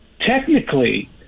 technically